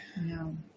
No